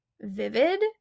vivid